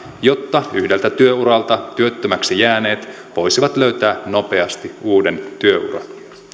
jotta yhdeltä työuralta työttömäksi jääneet voisivat löytää nopeasti uuden työuran